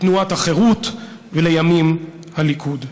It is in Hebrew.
תנועת החרות, ולימים, הליכוד.